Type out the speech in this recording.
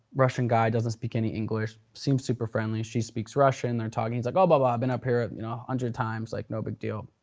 russian guy doesn't speak any english. seems super friendly she speaks russian, they're talking. like oh blah, blah i've been up here a you know hundred times, like no big deal,